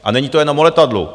A není to jenom o letadlu.